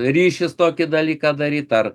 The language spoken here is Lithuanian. ryšis tokį dalyką daryt ar